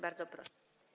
Bardzo proszę.